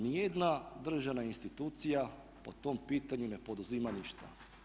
Niti jedna državna institucija po tom pitanju ne poduzima ništa.